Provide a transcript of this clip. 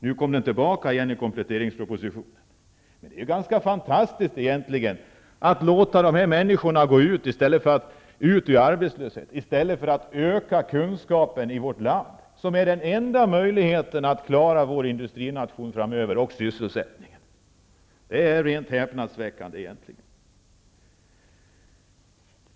Nu kom den tillbaka igen i kompletteringspropositionen. Men det är egentligen ganska fantastiskt att låta dessa människor gå ut i arbetslöshet i stället för att öka kunskapen i vårt land. Det är den enda möjligheten att klara vår industrination och sysselsättningen framöver. Det är egentligen rent häpnadsväckande.